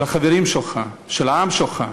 של החברים שלך, של העם שלך,